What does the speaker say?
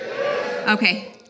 Okay